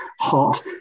hot